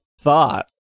thought